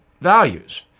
values